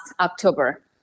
October